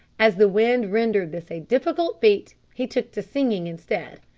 as the wind rendered this a difficult feat he took to singing instead.